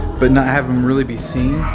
but not have them really be seen,